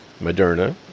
Moderna